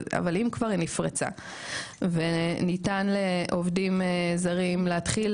אבל אם כבר היא נפרצה וניתן לעובדים זרים להתחיל